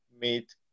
meet